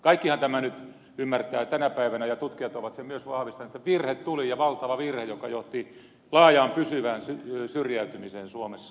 kaikkihan tämän nyt ymmärtävät tänä päivänä ja tutkijat ovat sen myös vahvistaneet että virhe tuli ja valtava virhe joka johti laajaan pysyvään syrjäytymiseen suomessa